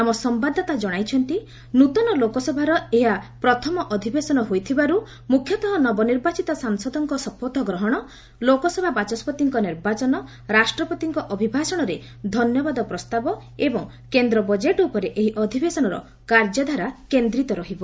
ଆମ ସମ୍ଭାଦଦାତା ଜଣାଇଛନ୍ତି ନୃତନ ଲୋକସଭାର ଏହା ପ୍ରଥମ ଅଧିବେଶନ ହୋଇଥିବାରୁ ମ୍ରଖ୍ୟତଃ ନବନିର୍ବାଚିତ ସାଂସଦଙ୍କ ଶପଥ ଗ୍ରହଣ ଲୋକସଭା ବାଚସ୍କତିଙ୍କ ନିର୍ବାଚନ ରାଷ୍ଟ୍ରପତିଙ୍କ ଅଭିଭାଷଣରେ ଧନ୍ୟବାଦ ପ୍ରସ୍ତାବ ଏବଂ କେନ୍ଦ୍ର ବଜେଟ୍ ଉପରେ ଏହି ଅଧିବେଶନର କାର୍ଯ୍ୟଧାରା କେନ୍ଦ୍ରିତ ରହିବ